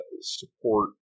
support